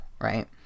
Right